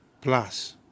Plus